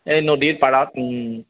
এই নদীৰ পাৰত